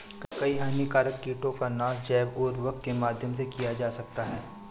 कई हानिकारक कीटों का नाश जैव उर्वरक के माध्यम से किया जा सकता है